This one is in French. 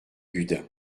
gudin